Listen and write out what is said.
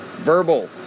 Verbal